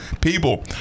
People